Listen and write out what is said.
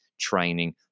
training